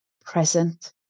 present